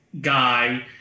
guy